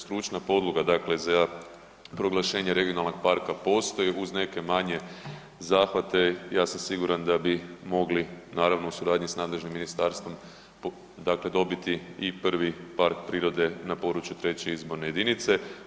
Stručna podloga dakle, za proglašenje regionalnog parka postoji uz neke manje zahvate, ja sam siguran da bi mogli, naravno, u suradnji sa nadležnim ministarstvom, dakle, dobiti i prvi park prirode na području 3. izborne jedinice.